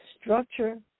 structure